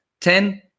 Ten